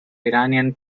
iranian